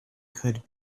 could